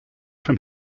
from